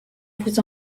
vous